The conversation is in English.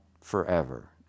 forever